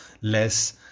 less